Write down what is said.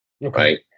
right